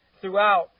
throughout